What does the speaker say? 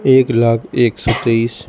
ایک لاکھ ایک سو تئیس